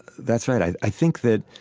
that's right. i i think that